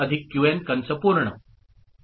1 Qn D